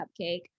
cupcake